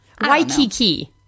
Waikiki